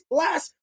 last